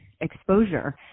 exposure